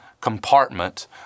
compartment